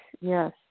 yes